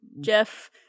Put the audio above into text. Jeff